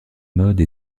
mode